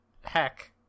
heck